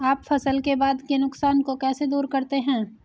आप फसल के बाद के नुकसान को कैसे दूर करते हैं?